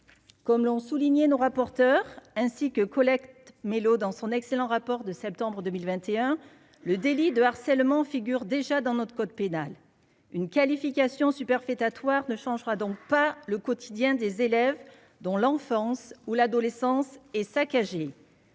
comme l'ont souligné nos rapporteurs ainsi que collecte mélo dans son excellent rapport de septembre 2021, le délit de harcèlement figurent déjà dans notre code pénal, une qualification superfétatoire ne changera donc pas le quotidien des élèves dont l'enfance ou l'adolescence et saccagé,